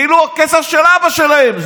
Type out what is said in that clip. כאילו הכסף של אבא שלהם.